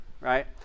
right